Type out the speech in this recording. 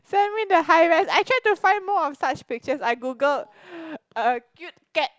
send me the high res I tried to find more of such pictures I Googled a cute cat